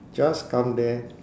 just come there